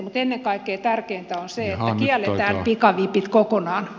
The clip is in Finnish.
mutta ennen kaikkea tärkeintä on se että kielletään pikavipit kokonaan